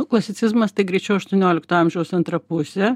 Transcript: klasicizmas tai greičiau aštuoniolikto amžiaus antra pusė